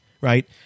right